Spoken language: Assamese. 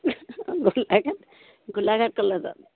গোলাঘাট গোলাঘাট কলেজত